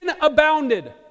abounded